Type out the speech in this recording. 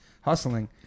hustling